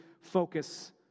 focus